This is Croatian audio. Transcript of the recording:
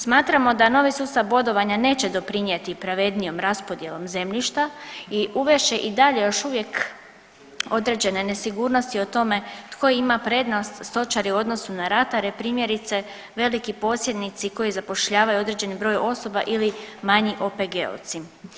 Smatramo da novi sustav bodovanja neće doprinijeti pravednijom raspodjelom zemljišta i uvest će i dalje još uvijek određene nesigurnosti o tome tko ima prednost stočari u odnosu na ratare primjerice, veliki posjednici koji zapošljavaju određeni broj osoba ili manji OPG-ovci.